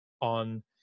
on